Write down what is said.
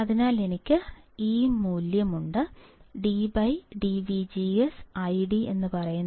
അതിനാൽ എനിക്ക് ഈ മൂല്യമുണ്ട് dID dVGS C VGS - C